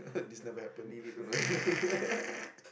delete oh no